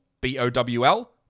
B-O-W-L